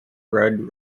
red